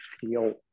feel